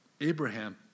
Abraham